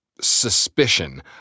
suspicion